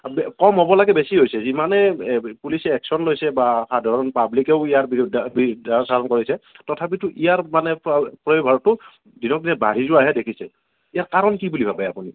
কম হ'ব লাগে বেছি হৈছে যিমানে পুলিচে একচন লৈছে বা সাধাৰণ পাব্লিকেও ইয়াৰ বিৰোধে বিৰোধ্য়াচৰণ কৰিছে তথাপিটো ইয়াৰ মানে প প্ৰয়োভৰটো দিনক দিনে বাঢ়ি যোৱাহে দেখিছে ইয়াৰ কাৰণ কি বুলি ভাৱে আপুনি